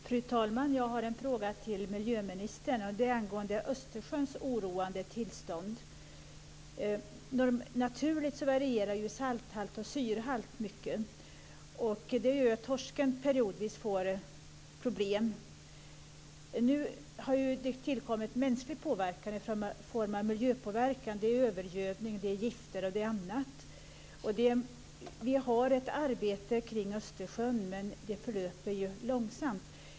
Fru talman! Jag har en fråga till miljöministern angående Östersjöns oroande tillstånd. Salthalt och syrehalt varierar naturligt mycket. Det gör att torsken periodvis får problem. Nu har det tillkommit mänsklig påverkan i form av miljöpåverkan. Det handlar om övergödning, gifter och annat. Vi bedriver ett arbete kring Östersjön, men det förlöper långsamt.